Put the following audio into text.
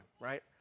right